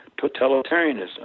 totalitarianism